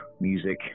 music